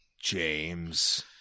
James